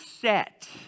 set